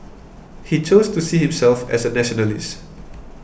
he chose to see himself as a nationalist